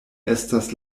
estas